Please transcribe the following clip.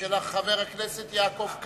של חבר הכנסת יעקב כץ,